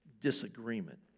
disagreement